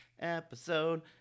episode